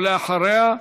אחריה,